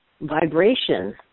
vibration